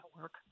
work